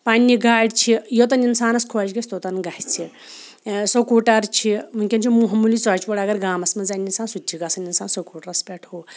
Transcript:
پنٛنہِ گاڑِ چھِ یوٚتَن اِنسانَس خۄش گژھِ توٚتَن گژھِ سکوٗٹر چھِ وٕنۍکٮ۪ن چھِ معمولی ژۄچہِ وور اگر گامَس منٛز اَنہِ اِنسان سُہ تہِ چھِ گژھان اِنسان سکوٗٹرَس پٮ۪تھ ہُہ